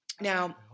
Now